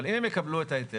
אבל אם הן יקבלו את ההיתר,